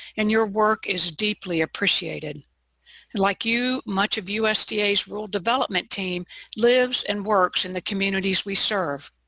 and your work is deeply appreciated. and like you, much of usda's rural development team lives and works in the communities we serve.